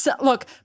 look